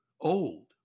Old